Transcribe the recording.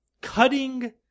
cutting